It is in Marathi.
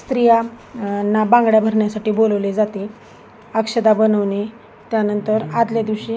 स्त्रिया ना बांगड्या भरण्यासाठी बोलवले जाते अक्षता बनवणे त्यानंतर आधल्या दिवशी